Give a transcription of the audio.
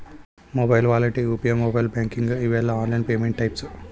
mobile wallet UPI mobile banking ಇವೆಲ್ಲ online payment types